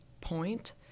point